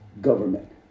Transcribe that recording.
government